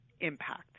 impact